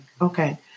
Okay